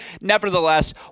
nevertheless